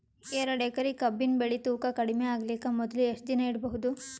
ಎರಡೇಕರಿ ಕಬ್ಬಿನ್ ಬೆಳಿ ತೂಕ ಕಡಿಮೆ ಆಗಲಿಕ ಮೊದಲು ಎಷ್ಟ ದಿನ ಇಡಬಹುದು?